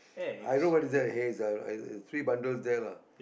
i don't know why is there a haze ah uh three bundles there lah